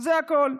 זה הכול.